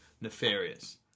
nefarious